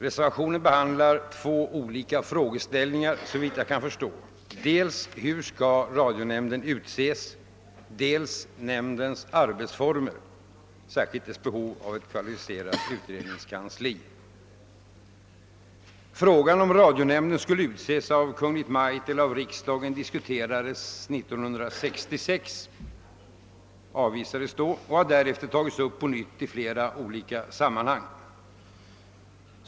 Reservationen behandlar såvitt jag förstår två olika frågor: dels hur radionämnden skall utses, dels nämndens arbetsformer, särskilt behovet av ett kvalificerat utredningskansli. Frågan om huruvida radionämnden skall utses av Kungl. Maj:t eller riksdagen diskuterades 1966 och avvisades då, och den har därefter tagits upp på nytt i flera olika sammanhang.